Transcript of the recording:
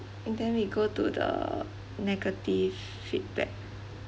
and then we go to the negative feedback